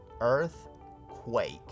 Earthquake